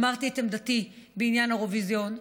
אמרתי את עמדתי בעניין האירוויזיון.